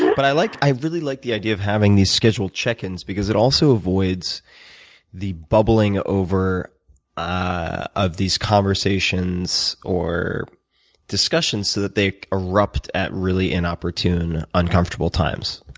but i like i really like the idea of having these scheduled check-ins because it also avoids the bubbling over ah of these conversations or discussions so that they erupt at really inopportune, uncomfortable times.